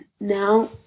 now